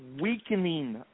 weakening